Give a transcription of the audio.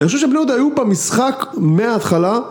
אני חושב שבני יהודה היו במשחק מההתחלה